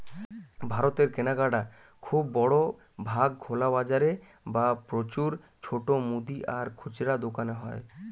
ভারতের কেনাকাটা খুব বড় ভাগ খোলা বাজারে বা প্রচুর ছোট মুদি আর খুচরা দোকানে হয়